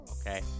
okay